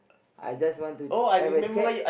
I just want to ch~ have a chat